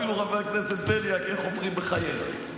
אפילו חבר הכנסת בליאק, איך אומרים, מחייך.